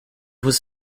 was